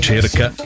cerca